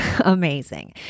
amazing